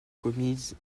commis